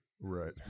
Right